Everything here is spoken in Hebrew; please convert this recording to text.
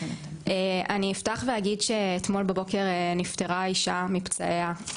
אני אפתח ואגיד שאתמול בבוקר נפטרה אישה מפצעיה,